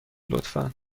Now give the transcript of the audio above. لطفا